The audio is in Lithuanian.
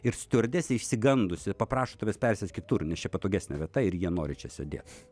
ir stiuardesė išsigandusi paprašo tavęs persėsk kitur nes čia patogesnė vieta ir jie nori čia sėdėt